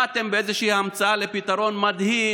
באתם באיזושהי המצאה לפתרון מדהים,